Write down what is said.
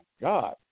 God